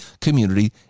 community